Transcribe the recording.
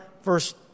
first